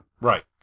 Right